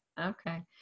Okay